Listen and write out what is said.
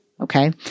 okay